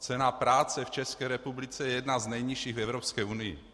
Cena práce v České republice je jedna z nejnižších v Evropské unii.